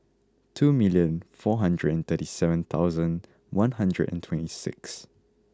two million four hundred and thirty seven thousand one hundred and twenty six